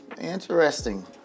interesting